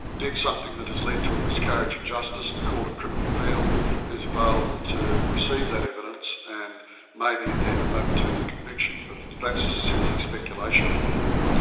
did something that has led to a miscarriage of justice, the court of criminal appeal is available to receive that evidence and maybe, then, overturn the conviction. but that's simply speculation at the moment.